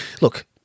look